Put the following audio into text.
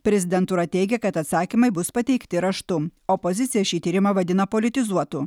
prezidentūra teigia kad atsakymai bus pateikti raštu opozicija šį tyrimą vadina politizuotu